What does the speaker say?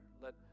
Let